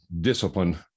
discipline